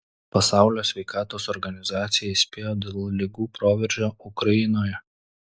pasaulio sveikatos organizacija įspėjo dėl ligų proveržio ukrainoje